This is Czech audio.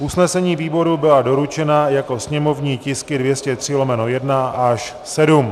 Usnesení výboru byla doručena jako sněmovní tisky 203/1 až 7.